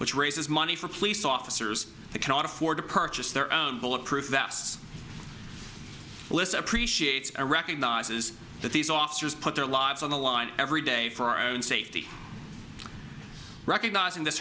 which raises money for police officers cannot afford to purchase their own bulletproof vests listen appreciates or recognizes that these officers put their lives on the line every day for our own safety recognizing th